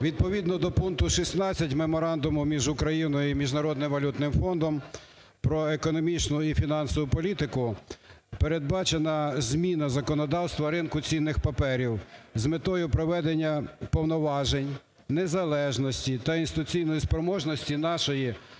Відповідно до пункту 16 Меморандуму між Україною і Міжнародним валютним фондом про економічну і фінансову політику передбачена зміна законодавства ринку цінних паперів з метою проведення повноважень, незалежності та інституційної спроможності нашої